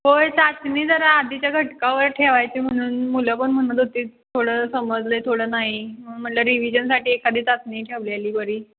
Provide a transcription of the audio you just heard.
होय चाचणी जरा आधीच्या घटकावर ठेवायची म्हणून मुलं पण म्हणत होतीत थोडं समजलं आहे थोडं नाही मग म्हटलं रिविजनसाठी एखादी चाचणी ठेवलेली बरी